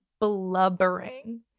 blubbering